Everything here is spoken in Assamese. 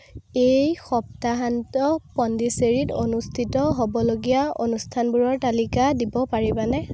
এই সপ্তাহান্ত পণ্ডিচেৰীত অনুষ্ঠিত হ'বলগীয়া অনুষ্ঠানবোৰৰ তালিকা দিব পাৰিবানে